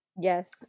Yes